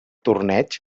torneig